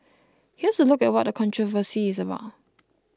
here's a look at what the controversy is about